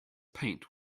paint